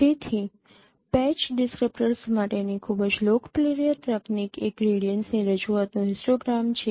તેથી patch descriptors માટેની ખૂબ જ લોકપ્રિય તકનીક એ ગ્રેડિયન્ટ્સની રજૂઆતનો હિસ્ટોગ્રામ છે